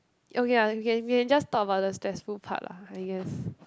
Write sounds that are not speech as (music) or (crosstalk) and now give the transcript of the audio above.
okay ah okay we can just talk about the stressful part lah I guess (breath)